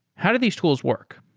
how do these tools work?